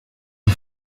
die